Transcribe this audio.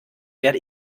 werde